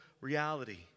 reality